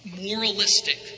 moralistic